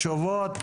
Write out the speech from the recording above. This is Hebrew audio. תשובות.